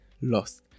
lost